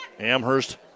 Amherst